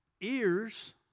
ears